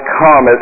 come